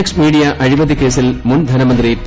X media അഴിമതികേസിൽ മുൻധനമന്ത്രി P